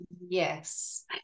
Yes